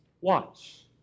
watch